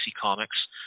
Comics